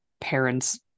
parents